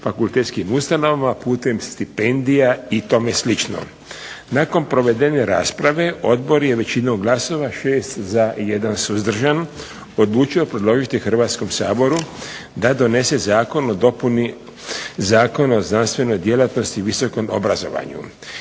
fakultetskim ustanovama putem stipendija i tome slično. Nakon provedene rasprave odbor je većinom glasova 6 za i 1 suzdržan odlučio predložiti Hrvatskom saboru da donese Zakon o dopuni Zakona o znanstvenoj djelatnosti i visokom obrazovanju.